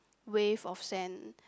wave of sand